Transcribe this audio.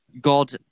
God